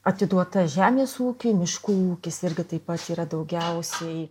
atiduota žemės ūkiui miškų ūkis irgi taip pat yra daugiausiai